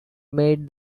made